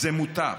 זה מותר,